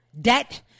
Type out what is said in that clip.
debt